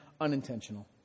unintentional